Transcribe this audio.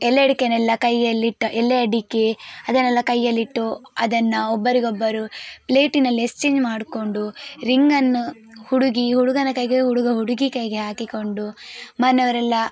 ಎಲೆ ಅಡಿಕೆನೆಲ್ಲ ಕೈಯ್ಯಲ್ಲಿಟ್ಟ ಎಲೆ ಅಡಿಕೆ ಅದನ್ನೆಲ್ಲ ಕೈಯ್ಯಲ್ಲಿಟ್ಟು ಅದನ್ನು ಒಬ್ಬರಿಗೊಬ್ಬರು ಪ್ಲೇಟಿನಲ್ಲಿ ಎಸ್ಚೇಂಜ್ ಮಾಡಿಕೊಂಡು ರಿಂಗನ್ನು ಹುಡುಗಿ ಹುಡುಗನ ಕೈಗೆ ಹುಡುಗ ಹುಡುಗಿ ಕೈಗೆ ಹಾಕಿಕೊಂಡು ಮನೆಯವರೆಲ್ಲ